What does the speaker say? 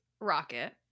rocket